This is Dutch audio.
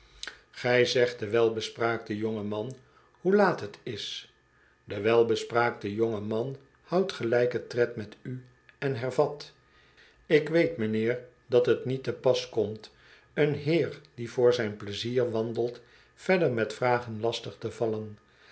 gij zegt den welbespraakten jongen man hoe laat het is de welbespraakte jonge man houdt gelijken tred met u en hervat ik weet m'nheer dat t niet te pas komt een heer die voor zijn pleizier wandelt verder met vragen lastig te vallen